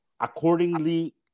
accordingly